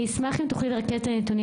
אני אשמח אם תוכלי לרכז את הנתונים